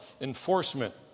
enforcement